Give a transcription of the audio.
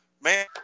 man